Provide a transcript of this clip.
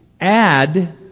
add